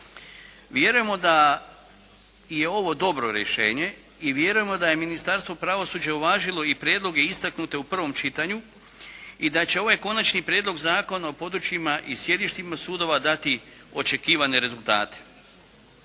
Vjerujemo da je ovo dobro rješenje i vjerujemo da je ministarstvo pravosuđa uvažilo i prijedloge istaknute u prvom čitanju i da će ovaj Konačni prijedlog zakona o područjima i sjedištima sudova dati očekivane rezultate.